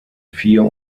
vier